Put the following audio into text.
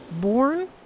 born